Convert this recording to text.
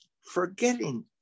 forgetting